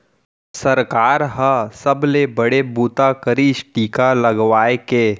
सरकार ह सबले बड़े बूता करिस टीका लगवाए के